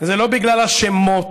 זה לא בגלל השמות,